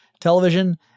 television